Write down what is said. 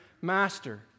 master